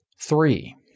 three